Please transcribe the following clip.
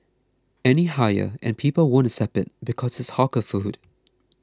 any higher and people won't accept it because it's hawker food